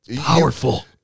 Powerful